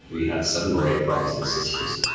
he had seven or eight brothers and sisters.